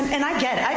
and i get